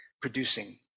producing